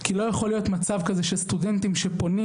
כי לא יכול להיות שסטודנטים שפונים